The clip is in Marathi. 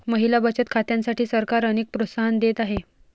महिला बचत खात्यांसाठी सरकार अनेक प्रोत्साहन देत आहे